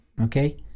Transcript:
Okay